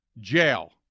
jail